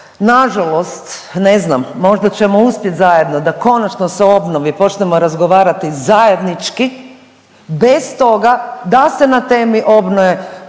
nažalost ne znam možda ćemo uspjet zajedno da konačno se o obnovi počnemo razgovarati zajednički bez toga da se na temi obnove